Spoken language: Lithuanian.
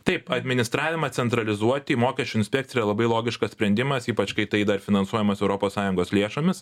taip administravimą centralizuoti į mokesčių inspekciją yra labai logiškas sprendimas ypač kai tai dar finansuojamas europos sąjungos lėšomis